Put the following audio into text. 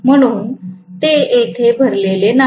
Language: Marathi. म्हणून ते येथे भरलेले नाही